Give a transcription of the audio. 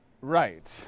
right